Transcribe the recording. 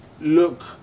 look